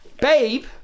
Babe